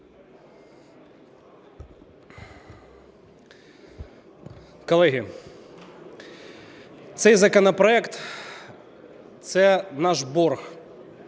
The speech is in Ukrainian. Колеги, цей законопроект – це наш борг